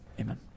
Amen